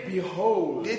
Behold